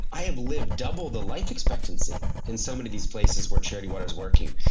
i have lived double the life expectancy in so many of these places where charity water is working.